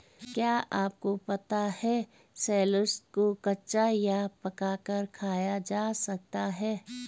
क्या आपको पता है शलोट्स को कच्चा या पकाकर खाया जा सकता है?